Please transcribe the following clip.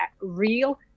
real